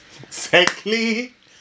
exactly